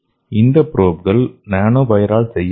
இந்த ப்ரோப்கள் நானோவையரால் செய்யப்பட்டவை